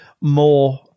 more